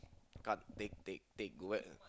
cut take take take take wet